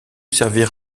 servir